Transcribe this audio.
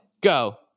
go